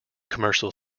commercial